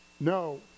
No